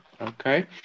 Okay